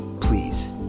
Please